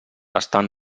estan